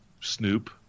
snoop